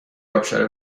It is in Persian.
آبشار